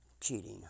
cheating